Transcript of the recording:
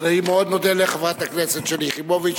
אני מאוד מודה לחברת הכנסת שלי יחימוביץ.